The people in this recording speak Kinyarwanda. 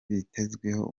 bitezweho